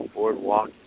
Boardwalk